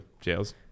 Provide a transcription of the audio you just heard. jails